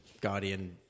Guardian